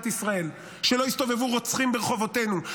ישראל שלא יסתובבו רוצחים ברחובותינו?